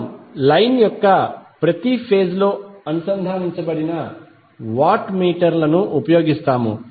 మనము లైన్ యొక్క ప్రతి ఫేజ్ లో అనుసంధానించబడిన వాట్ మీటర్ లను ఉపయోగిస్తాము